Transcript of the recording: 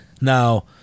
Now